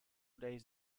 days